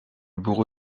bureau